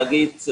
כלומר, להגיד: